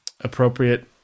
appropriate